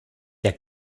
der